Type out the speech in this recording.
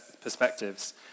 perspectives